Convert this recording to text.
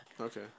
Okay